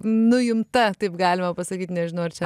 nu jum ta taip galima pasakyt nežinau ar čia